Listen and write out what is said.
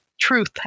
truth